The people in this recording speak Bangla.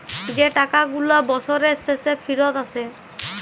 যে টাকা গুলা বসরের শেষে ফিরত আসে